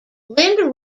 lynda